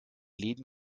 läden